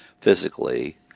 physically